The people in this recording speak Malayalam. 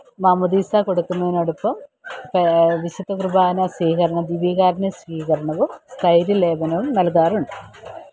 മാമോദീസ കൊടുക്കുന്നതിനോടൊപ്പം വിശുദ്ധ കുർബാന സ്വീകരണം ദിവ്യകാരുണ്യ സ്വീകരണവും തൈര് ലേപനവും നല്കാറുണ്ട്